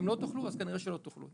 אם לא תוכלו, כנראה שלא תוכלו.